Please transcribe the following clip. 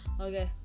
Okay